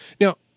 now